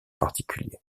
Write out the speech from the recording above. particulier